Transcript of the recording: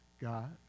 God